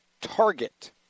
Target